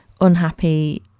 unhappy